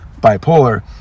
bipolar